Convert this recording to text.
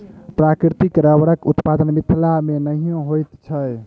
प्राकृतिक रबड़क उत्पादन मिथिला मे नहिये होइत छै